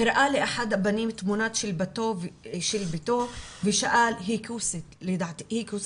הראה לאחד הבנים תמונה של ...ושאל 'היא כוסית לדעתך?'